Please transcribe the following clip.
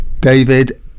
David